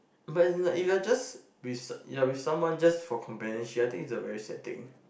but as in like if you are just with you're with someone just for companionship I think is a very sad thing